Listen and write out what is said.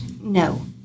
No